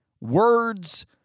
words